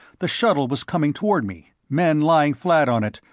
the shuttle was coming toward me, men lying flat on it,